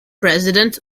president